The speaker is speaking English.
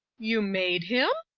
you made him?